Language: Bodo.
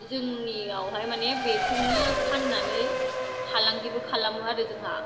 जोंनियावहाय मानि बेखौनो फाननानै फालांगिबो खालामो आरो जोंहा